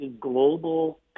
global